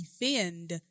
defend